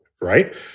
right